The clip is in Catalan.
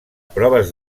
proves